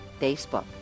Facebook